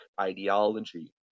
ideology